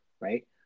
right